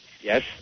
Yes